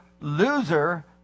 Loser